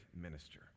minister